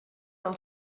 del